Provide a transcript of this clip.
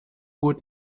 gut